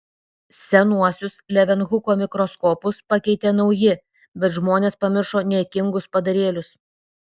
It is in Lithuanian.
senuosius levenhuko mikroskopus pakeitė nauji bet žmonės pamiršo niekingus padarėlius